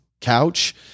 couch